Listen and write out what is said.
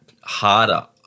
harder